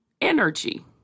energy